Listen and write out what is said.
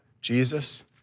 Jesus